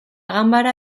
ganbara